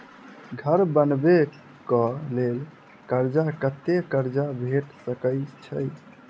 घर बनबे कऽ लेल कर्जा कत्ते कर्जा भेट सकय छई?